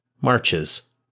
marches